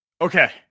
Okay